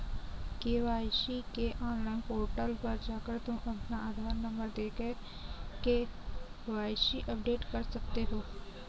KYC के online portal पर जाकर तुम अपना आधार नंबर देकर के.वाय.सी अपडेट कर सकते हो